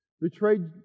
betrayed